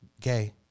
gay